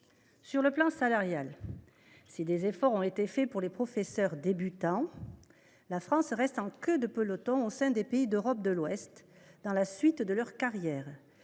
Sur le plan salarial, si des efforts ont été faits concernant les professeurs débutants, la France reste en queue de peloton au sein des pays d’Europe de l’Ouest s’agissant de la suite de leur carrière.